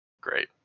Great